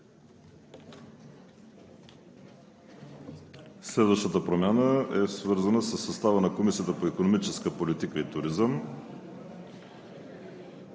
Следващата промяна е свързана със състава на Комисията по икономическа политика и туризъм.